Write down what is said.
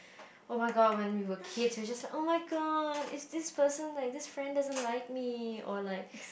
oh-my-god when we were kids we were just like oh-my-god is this person or this friend doesn't like me or like